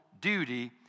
duty